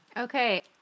Okay